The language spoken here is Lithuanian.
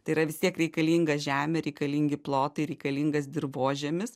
tai yra vis tiek reikalinga žemė reikalingi plotai reikalingas dirvožemis